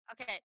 Okay